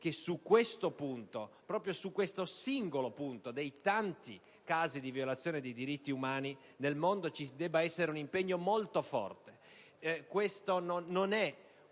Su questo punto, proprio su questo singolo punto tra i tanti casi di violazione dei diritti umani nel mondo, deve esserci un impegno molto forte. Questo non è